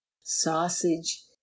sausage